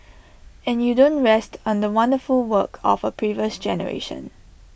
and you don't rest on the wonderful work of A previous generation